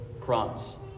crumbs